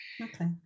okay